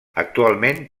actualment